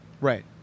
Right